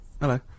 Hello